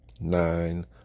nine